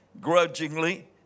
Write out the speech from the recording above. grudgingly